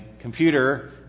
computer